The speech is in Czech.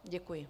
Děkuji.